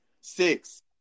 six